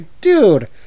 dude